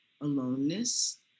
aloneness